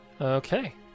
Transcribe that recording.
Okay